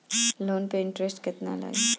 Loan पे interest केतना लागी?